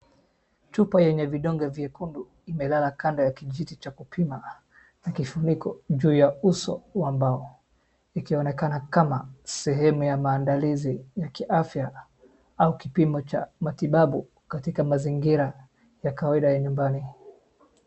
Chupa yenye vidonge vyekundu imelala kando ya kijiti cha kupima na kifuniko juu ya uso wa mbao. Ikionekana kama sehemu ya maandalizi ya kiafya au kipimo cha matibabu katika mazingira ya kawaida ya nyumbani.